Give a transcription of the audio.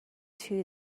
two